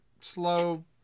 slow